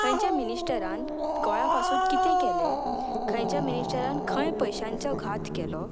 खंयच्या मिनिस्टरान गोंया पासून कितें केलें खंयच्या मिनिस्टरान खंय पयशांचो घात केलो